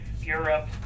Europe